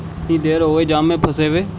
اتنی دیر ہو گئی جام میں پھنسے ہوئے